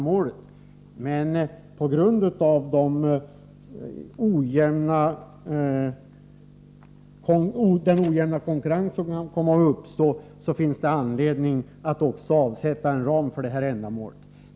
Men på grund av att en ojämn konkurrens kan uppstå finns det anledning att anvisa ett visst ramanslag för ändamålet.